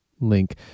link